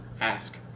ask